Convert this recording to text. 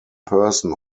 person